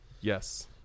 yes